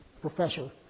professor